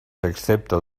excepto